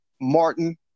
Martin